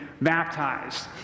baptized